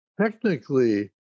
technically